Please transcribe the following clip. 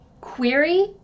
Query